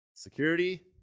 Security